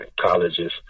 colleges